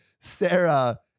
Sarah